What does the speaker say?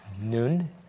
noon